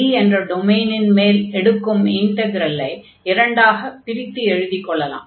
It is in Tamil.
D என்ற டொமைனின் மேல் எடுக்கும் இன்டக்ரலை இரண்டாகப் பிரித்து எழுதிக் கொள்ளலாம்